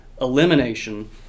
elimination